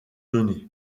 données